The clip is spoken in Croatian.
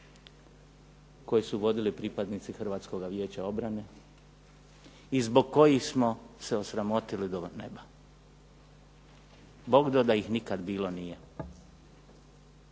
koje su vodili pripadnici Hrvatskoga vijeća obrane i zbog kojih smo se osramotili do neba. Bogdo da ih nikad bilo nije.